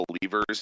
believers